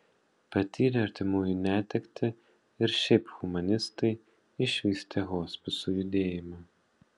patyrę artimųjų netektį ir šiaip humanistai išvystė hospisų judėjimą